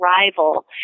rival